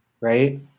right